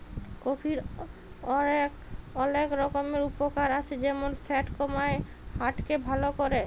কফির অলেক রকমের উপকার আছে যেমল ফ্যাট কমায়, হার্ট কে ভাল ক্যরে